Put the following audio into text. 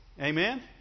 amen